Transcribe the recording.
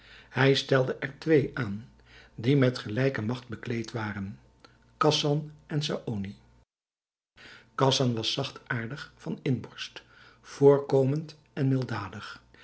hij stelde er twee aan die met gelijke magt bekleed werden khasan en saony khasan was zachtaardig van inborst voorkomend en